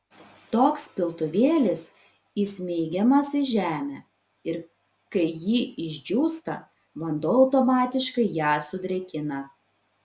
toks piltuvėlis įsmeigiamas į žemę ir kai ji išdžiūsta vanduo automatiškai ją sudrėkina